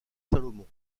salomon